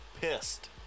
pissed